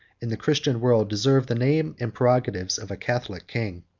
in the christian world, deserved the name and prerogatives of a catholic king.